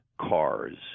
cars